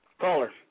Caller